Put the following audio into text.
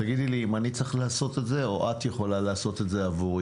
תגידי לי האם אני צריך לעשות את זה או האם את יכולה לעשות זאת עבורי.